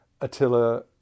Attila